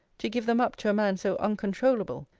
to give them up to a man so uncontroulable,